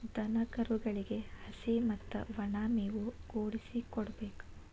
ದನಕರುಗಳಿಗೆ ಹಸಿ ಮತ್ತ ವನಾ ಮೇವು ಕೂಡಿಸಿ ಕೊಡಬೇಕ